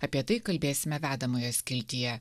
apie tai kalbėsime vedamojo skiltyje